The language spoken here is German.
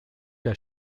der